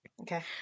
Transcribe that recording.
Okay